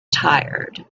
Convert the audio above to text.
tired